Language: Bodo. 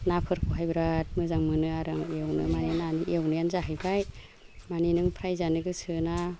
नाफोरखौहाय बिराथ मोजां मोनो आरो आं एवनो मानि नानि एवनायानो जाहैबाय मानि नों फ्राइ जानो गोसो ना